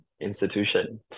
institution